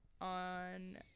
on